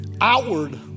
outward